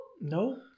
No